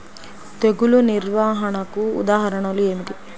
తెగులు నిర్వహణకు ఉదాహరణలు ఏమిటి?